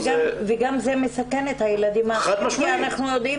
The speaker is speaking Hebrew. וגם זה מסכן את הילדים האחרים כי אנחנו יודעים